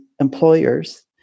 employers